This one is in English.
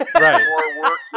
Right